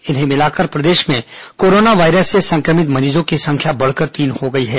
इन्हें मिलाकर प्रदेश में कोरोना वायरस से संक्रमित मरीजों की संख्या बढ़कर तीन हो गई है